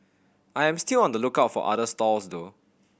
I am still on the lookout for other stalls though